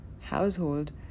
household